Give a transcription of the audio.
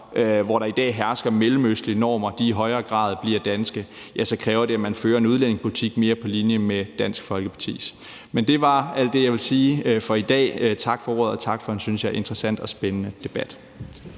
hvor der i dag hersker mellemøstlige normer, i højere grad bliver danske, kræver det, at man fører en udlændingepolitik, der er mere på linje med Dansk Folkepartis. Det var alt det, jeg ville sige for i dag. Tak for ordet, og tak for en, synes jeg, interessant og spændende debat.